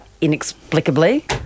inexplicably